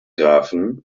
grafen